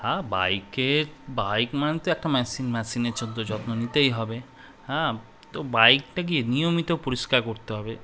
হ্যাঁ বাইকের বাইক মানতে একটা মেশিন মেশিনের জন্য যত্ন নিতেই হবে হ্যাঁ তো বাইকটা গিয়ে নিয়মিত পরিষ্কার করতে হবে